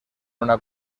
una